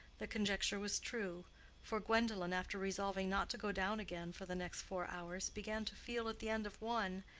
the conjecture was true for gwendolen, after resolving not to go down again for the next four hours, began to feel, at the end of one,